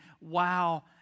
wow